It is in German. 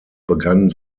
begann